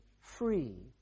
free